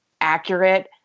accurate